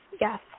Yes